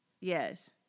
Yes